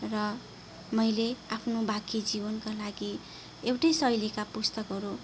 र मैले आफ्नो बाँकी जीवनका लागि एउटै शैलीका पुस्तकहरू